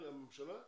הממשלה?